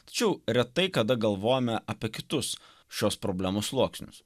tačiau retai kada galvojame apie kitus šios problemos sluoksnius